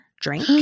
drink